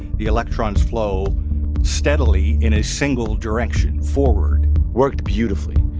the electrons flow steadily in a single direction forward worked beautifully.